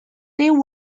they